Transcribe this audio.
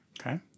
Okay